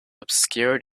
obscured